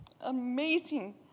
amazing